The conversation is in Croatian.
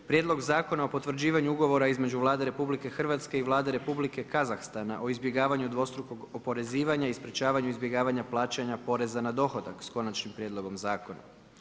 Prijedlog Zakona o potvrđivanju Ugovora između Vlade RH i Vlade RH Kazahstana o izbjegavanju dvostrukog oporezivanja i sprječavanju izbjegavanja plaćanja poreza na dohodak s Konačnim prijedlogom Zakona.